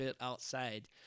outside